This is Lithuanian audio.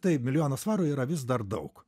taip milijonas svarų yra vis dar daug